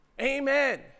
Amen